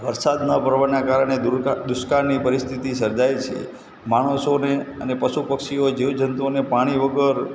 વરસાદ ન પડવાના કારણે દુરકાળ દુષ્કાળની પરિસ્થિતિ સર્જાય છે માણસોને અને પશુ પક્ષીઓ જીવ જંતુઓને પાણી વગર